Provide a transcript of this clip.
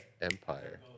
empire